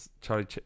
Charlie